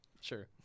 Sure